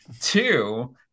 Two